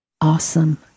awesome